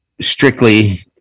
strictly